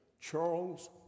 Charles